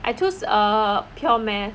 I choose err pure mathematics